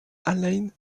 alain